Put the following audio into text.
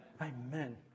Amen